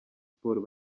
sports